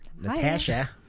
Natasha